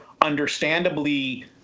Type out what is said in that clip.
understandably